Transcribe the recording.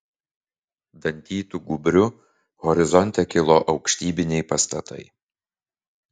dantytu gūbriu horizonte kilo aukštybiniai pastatai